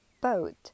boat